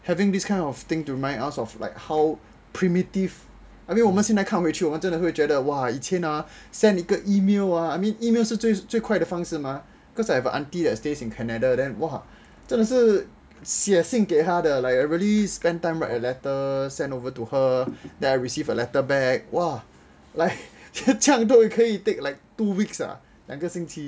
having this kind of thing to remind us of like how primitive I mean 我们现在看回去我们真会觉得 !wah! 以前 ah send 一个 email ah I mean email 是最快的方式 mah just like I've an aunty that stays in canada then !wah! 真的是写信给她的 like I really spend time to write a letter send over to her then I received a letter back !wah! 来这样也可以 take like two weeks ah 两个星期